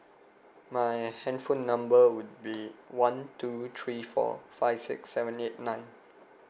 my handphone number would be one two three four five six seven eight nine